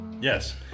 Yes